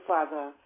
Father